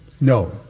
no